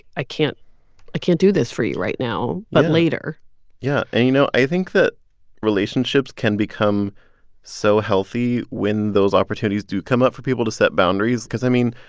i can't i can't do this for you right now, but later yeah. yeah. and, you know, i think that relationships can become so healthy when those opportunities do come up for people to set boundaries because, i mean,